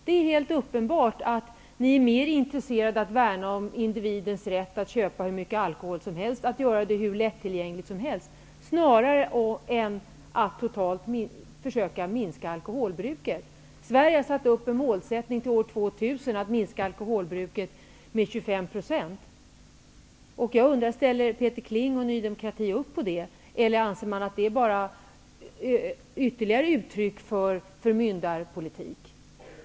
Det är helt uppenbart att ni är mer intresserade av att värna om individens rätt att köpa hur mycket alkohol som helst och att göra alkoholen hur lättillgänglig som helst än att försöka minska alkoholbruket totalt. Sverige har satt upp som mål att till år 2000 minska alkoholbruket med 25 %. Ställer Peter Kling och Ny demokrati upp på det, eller anser ni att det bara är ytterligare ett uttryck för förmyndarpolitik?